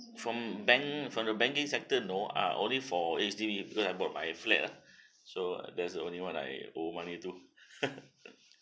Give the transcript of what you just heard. from bank from the banking sector no ah only for H_D_B because I bought my flat ah so uh that's the only one I owed money to